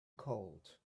cold